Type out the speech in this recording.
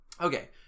okay